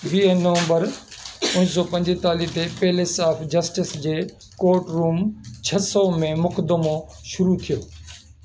वीह नवंबर उणिवीह सौ पंजतालीह ते पैलेस ऑफ जस्टिस जे कोर्टरूम छह सौ में मुक़दमो शुरू थियो